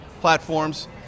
platforms